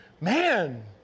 man